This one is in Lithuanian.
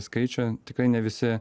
skaičių tikrai ne visi